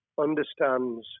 understands